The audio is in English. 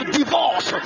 divorce